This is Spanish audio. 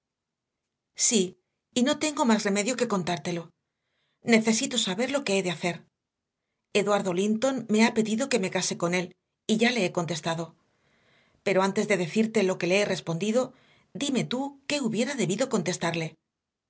y no tengo más remedio que contártelo necesito saber lo que he de hacer eduardo linton me ha pedido que me case con él y ya le he contestado pero antes de decirte lo que le he respondido dime tú qué hubiera debido contestarle